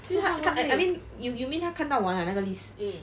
see how come I I mean you you mean 他看到完 ah 那个 list